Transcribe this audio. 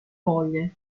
moglie